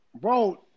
bro